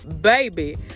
baby